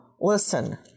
Listen